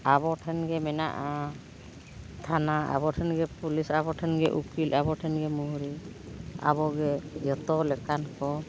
ᱟᱵᱚ ᱴᱷᱮᱱᱜᱮ ᱢᱮᱱᱟᱜᱼᱟ ᱛᱷᱟᱱᱟ ᱟᱵᱚ ᱴᱷᱮᱱᱜᱮ ᱯᱩᱞᱤᱥ ᱟᱵᱚ ᱴᱷᱮᱱᱜᱮ ᱩᱠᱤᱞ ᱟᱵᱚ ᱴᱷᱮᱱᱜᱮ ᱢᱩᱨᱦᱤ ᱟᱵᱚᱜᱮ ᱡᱚᱛᱚ ᱞᱮᱠᱟᱱ ᱠᱚ